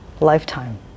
lifetime